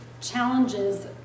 challenges